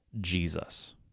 Jesus